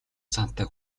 зантай